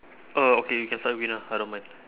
oh okay you can start with green ah I don't mind